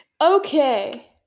Okay